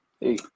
hey